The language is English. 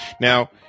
Now